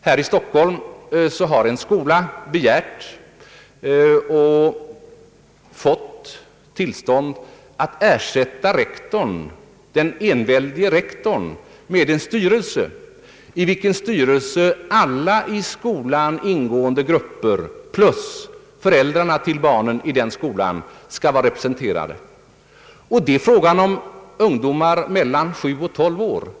Här i Stockholm har en skola begärt och fått tillstånd att ersätta rektorn — den enväldige rektorn -— med en styrelse, i vilken alla i skolan ingående grupper plus föräldrarna till barnen i skolan skall vara representerade. Det är fråga om ungdomar mellan sju och tolv år.